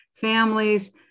families